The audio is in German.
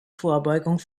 vorbeugung